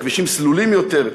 הכבישים סלולים יותר,